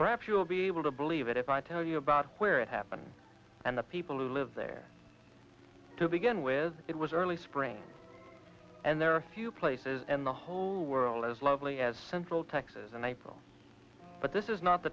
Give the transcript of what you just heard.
perhaps you'll be able to believe it if i tell you about where it happened and the people who live there to begin with it was early spring and there are few places in the whole world as lovely as central texas in april but this is not the